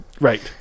right